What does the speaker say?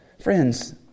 Friends